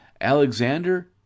Alexander